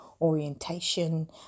orientation